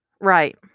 right